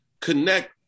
connect